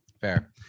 fair